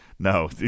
No